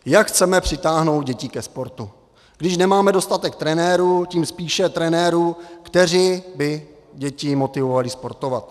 Jak chceme přitáhnout děti ke sportu, když nemáme dostatek trenérů, tím spíše trenérů, kteří by děti motivovali sportovat?